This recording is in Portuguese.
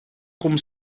como